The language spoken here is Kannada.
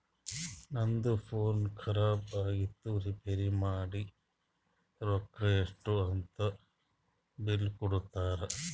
ನಂದು ಫೋನ್ ಖರಾಬ್ ಆಗಿತ್ತು ರಿಪೇರ್ ಮಾಡಿ ರೊಕ್ಕಾ ಎಷ್ಟ ಐಯ್ತ ಅಂತ್ ಬಿಲ್ ಕೊಡ್ತಾರ್